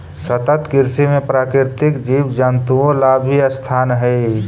सतत कृषि में प्राकृतिक जीव जंतुओं ला भी स्थान हई